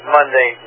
Monday